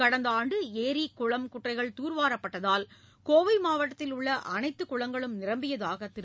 கடந்த ஆண்டு ஏரி குளம் குட்டைகள் தூர்வாறப்பட்டதால் கோவை மாவட்டத்தில் உள்ள அனைத்து குளங்களும் நிரம்பியதாக திரு